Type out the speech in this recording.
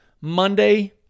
Monday